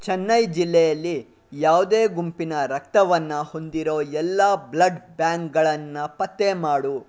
ಚೆನ್ನೈ ಜಿಲ್ಲೆಯಲ್ಲಿ ಯಾವುದೇ ಗುಂಪಿನ ರಕ್ತವನ್ನು ಹೊಂದಿರೋ ಎಲ್ಲ ಬ್ಲಡ್ ಬ್ಯಾನ್ಗಳನ್ನು ಪತ್ತೆ ಮಾಡು